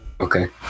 okay